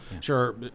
Sure